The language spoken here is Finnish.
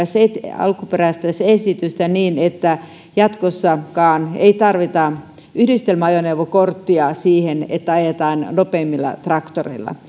alkuperäistä esitystä niin että jatkossakaan ei tarvita yhdistelmäajoneuvokorttia siihen että ajetaan nopeimmilla traktoreilla